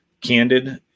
candid